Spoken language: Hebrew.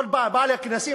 כל פעם בא לכנסים,